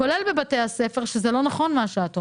כולל בבתי הספר, שלא נכון מה שאת אומרת.